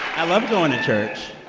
i love going to church